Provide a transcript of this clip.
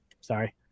sorry